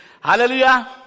Hallelujah